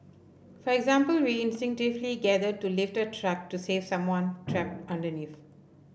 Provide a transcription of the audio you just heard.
for example we instinctively gather to lift a truck to save someone trapped underneath